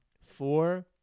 Four